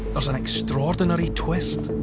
there's an extraordinary twist.